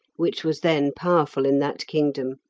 which was then powerful in that kingdom.